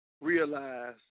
realize